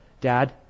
dad